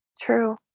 True